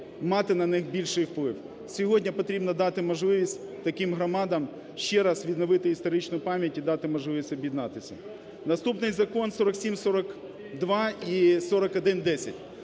мати на них більший вплив. Сьогодні потрібно дати можливість таким громадам ще раз відновити історичну пам'ять і дати можливість об'єднатися. Наступний закон 4742 і 4110.